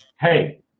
hey